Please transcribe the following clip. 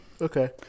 Okay